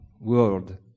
world